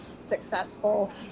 successful